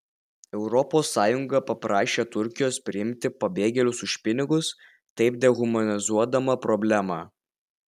europos sąjunga paprašė turkijos priimti pabėgėlius už pinigus taip dehumanizuodama problemą